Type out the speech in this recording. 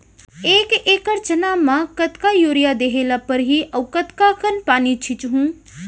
एक एकड़ चना म कतका यूरिया देहे ल परहि अऊ कतका कन पानी छींचहुं?